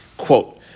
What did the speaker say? Quote